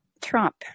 Trump